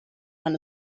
man